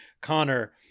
Connor